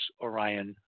Orion